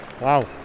wow